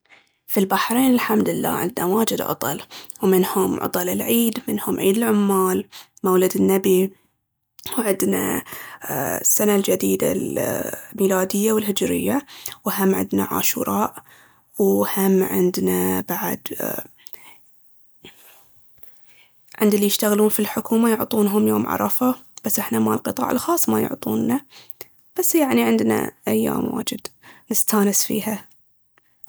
في البحرين الحمدالله عندنا واجد عطل ومنهم عطل العيد، منهم عيد العمال، مولد النبي وعندنا السنة الجديدة الميلادية والهجرية، وهم عندنا عاشوراء وهم عندنا بعد، عند اللي يشتغلون في الحكومة يعطونهم يوم عرفة، بس احنا مال القطاع الخاص ما يعطونا بس يعني عندنا أيام واجد نستانس فيها